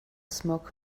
smoke